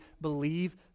believe